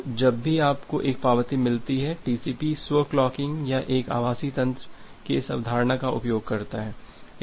तो जब भी आपको एक पावती मिलती है टीसीपी स्व क्लॉकिंग या एक आभासी तंत्र की इस अवधारणा का उपयोग करता है